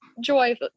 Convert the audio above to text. joy